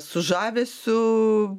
su žavesiu